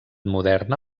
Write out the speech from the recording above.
moderna